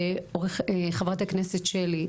חברת הכנסת שלי,